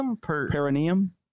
Perineum